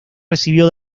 recibió